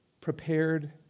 prepared